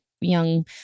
young